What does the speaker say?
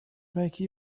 make